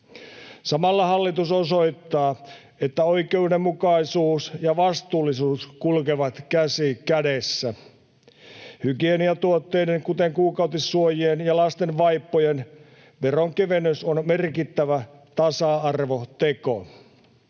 Samalla hallitus osoittaa, että oikeudenmukaisuus ja vastuullisuus kulkevat käsi kädessä. Hygieniatuotteiden, kuten kuukautissuojien ja lasten vaippojen, veronkevennys on merkittävä tasa-arvoteko,